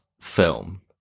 film